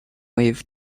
wave